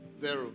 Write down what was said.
zero